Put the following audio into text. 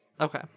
Okay